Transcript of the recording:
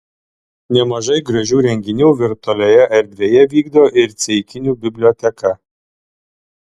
nemažai gražių renginių virtualioje erdvėje vykdo ir ceikinių biblioteka